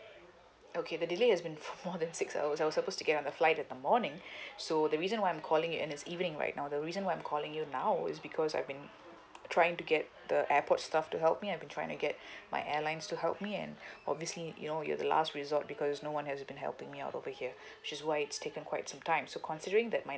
okay the delay had been for more than six hours I was supposed to get on the flight at the morning so the reason why I'm calling and it's evening right now the reason why I'm calling you now is because I've been trying to get the airport staff to help me I've been trying to get my airlines to help me and obviously you know you are the last resort because no one has been helping me out over here which is why it's taken quite some time so considering that my